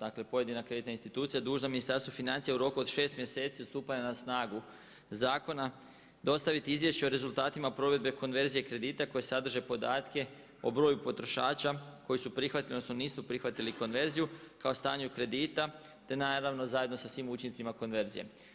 dakle pojedina kreditna institucija dužna Ministarstvu financija u roku od šest mjeseci od stupanja na snagu zakona dostaviti izvješće o rezultatima provedbe konverzije kredita koji sadrže podatke o broju potrošača koji su prihvatili, odnosno nisu prihvatili konverziju kao stanje kredita te naravno zajedno sa svim učincima konverzije.